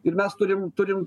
ir mes turim turim